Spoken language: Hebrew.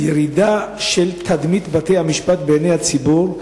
הירידה של תדמית בתי-המשפט בעיני הציבור,